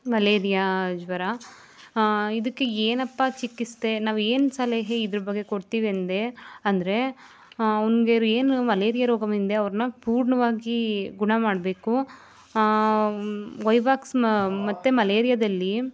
malaria ಜ್ವರ ಇದಕ್ಕೆ ಏನಪ್ಪ ಚಿಕಿತ್ಸೆ ನಾವು ಏನು ಸಲಹೆ ಇದ್ರ ಬಗ್ಗೆ ಕೊಡ್ತೀವಿ ಅಂದೆ ಅಂದರೆ ಅವ್ನಿಗೆ ಏನು ಮಲೇರಿಯ ರೋಗವಿದೆ ಅವ್ರನ್ನ ಪೂರ್ಣವಾಗಿ ಗುಣ ಮಾಡಬೇಕು ವೈವಾಕ್ಸ್ ಮತ್ತು ಮಲೇರಿಯದಲ್ಲಿ